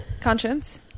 conscience